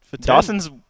Dawson's